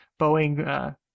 Boeing